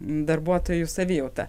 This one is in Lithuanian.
darbuotojų savijautą